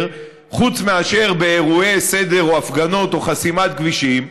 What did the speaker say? חוץ מאשר באירועי הפרת סדר או הפגנות או חסימת כבישים,